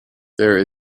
there